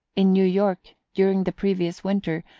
in new york, during the previous winter,